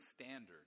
standard